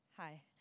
Hi